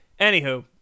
Anywho